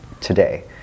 today